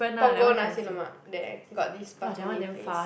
Punggol Nasi Lemak there got this Bak Chor Mee place